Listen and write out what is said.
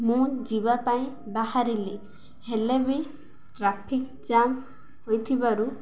ମୁଁ ଯିବା ପାଇଁ ବାହାରିଲି ହେଲେ ବି ଟ୍ରାଫିକ୍ ଜାମ୍ ହୋଇଥିବାରୁ